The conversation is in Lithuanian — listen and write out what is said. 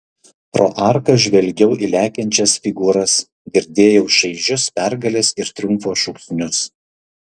pro arką žvelgiau į lekiančias figūras girdėjau šaižius pergalės ir triumfo šūksnius